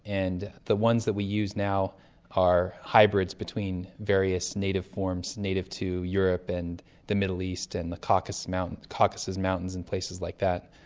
and the ones that we use now are hybrids between various native forms native to europe and the middle east and the caucasus mountains caucasus mountains and places like that,